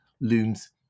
looms